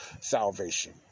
salvation